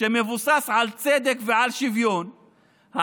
שמבוסס על צדק ועל שוויון,